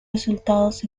resultados